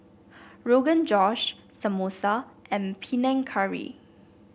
Rogan Josh Samosa and Panang Curry